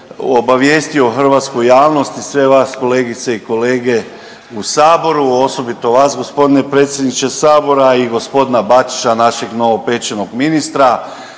obavijestio hrvatsku javnost i sve vas kolegice i kolege u saboru, osobito vas gospodine predsjedniče sabora i gospodina Bačića našeg novopečenog ministra